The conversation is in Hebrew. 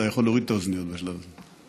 אתה יכול להוריד את האוזניות בשלב הזה.